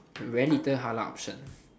very little halal option